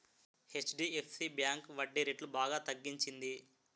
HDFC bank వడ్డీరేట్లు బాగా తగ్గించింది